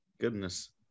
Goodness